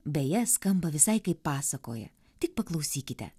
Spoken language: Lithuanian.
beje skamba visai kaip pasakoje tik paklausykite